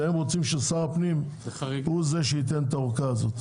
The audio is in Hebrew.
והם רוצים ששר הפנים הוא זה שייתן את האורכה הזו.